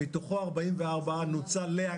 אני אחזור רגע למה ניתן.